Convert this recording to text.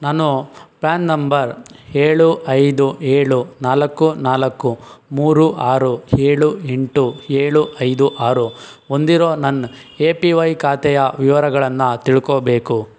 ನಾನು PAN number ಏಳು ಐದು ಏಳು ನಾಲ್ಕು ನಾಲ್ಕು ಮೂರು ಆರು ಏಳು ಎಂಟು ಏಳು ಐದು ಆರು ಹೊಂದಿರೋ ನನ್ನ ಎ ಟಿ ವೈ ಖಾತೆಯ ವಿವರಗಳನ್ನು ತಿಳ್ಕೊಳ್ಬೇಕು